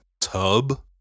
tub